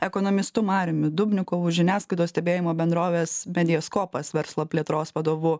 ekonomistu mariumi dubnikovu žiniasklaidos stebėjimo bendrovės mediaskopas verslo plėtros vadovu